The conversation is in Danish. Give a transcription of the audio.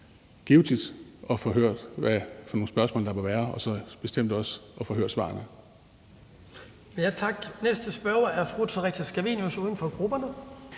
givtigt at få hørt, hvad for nogle spørgsmål der må være, og bestemt også at få hørt svarene.